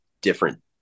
different